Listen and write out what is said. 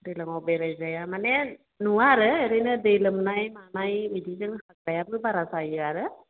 दैलांआव बेराय जाया माने नुवा आरो ओरैनो दै लोमनाय मानाय बिदिजों हाग्रायाबो बारा जायो आरो